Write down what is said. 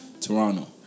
Toronto